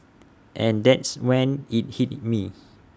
and that's when IT hit me